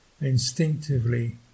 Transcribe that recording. instinctively